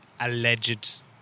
alleged